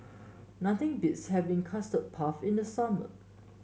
nothing beats having Custard Puff in the summer